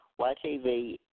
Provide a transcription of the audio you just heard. YTV